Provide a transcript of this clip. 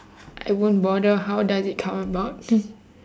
I won't bother how does it come about